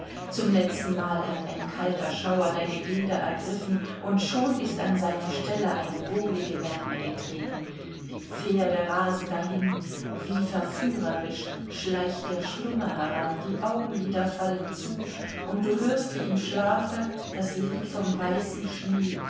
zum letztenmal hat ein kalter schauer deine glieder ergriffen und schon ist an seine stelle eine wohlige wärme getreten die pferde rasen dahin wie verführerisch schleicht der schlummer heran die augenlider fallen zu und du hörst wie im schlafe das lied vom weißen schnee